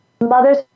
mothers